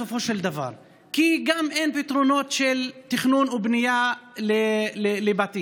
כי גם אין פתרונות של תכנון ובנייה לבתים.